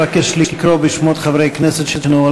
אבקש לקרוא בשמות חברי הכנסת שלא